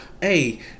hey